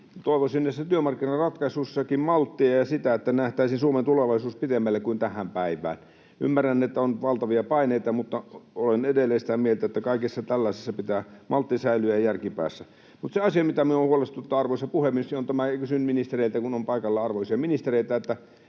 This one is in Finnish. Toivoisin näissä työmarkkinaratkaisussakin malttia ja sitä, että nähtäisiin Suomen tulevaisuus pitemmälle kuin tähän päivään. Ymmärrän, että on valtavia paineita, mutta olen edelleen sitä mieltä, että kaikessa tällaisessa pitää maltti säilyä ja järki päässä. Mutta se asia, mikä minua huolestuttaa, arvoisa puhemies, on tämä — ja kysyn ministereiltä, kun on paikalla arvoisia ministereitä — että